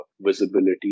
visibility